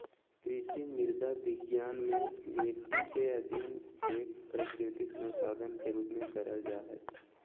कृषि मृदा विज्ञान मे मट्टी के अध्ययन एक प्राकृतिक संसाधन के रुप में करल जा हई